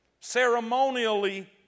ceremonially